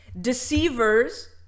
deceivers